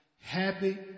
Happy